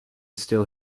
still